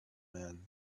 man